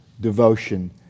devotion